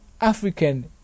African